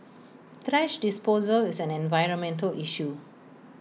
thrash disposal is an environmental issue